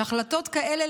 שהחלטות כאלה,